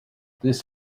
this